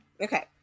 Okay